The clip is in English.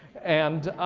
and